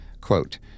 quote